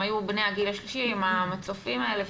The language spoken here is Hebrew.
הם היו בני הגיל שלישי עם המצופים האלה.